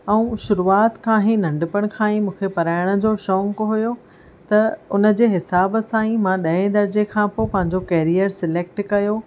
ऐं शुरूआत खां ई नंढपिण खां ई मूंखे पढ़ायण जो शौंक़ु हुयो त उनजे हिसाबु सां ई मां ॾहे दरजे खां पोइ पंहिंजो केरियर स्लेक्ट कयो